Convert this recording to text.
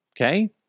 Okay